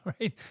right